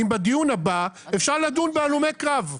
האם בדיון הבא אפשר לדון בהלומי קרב?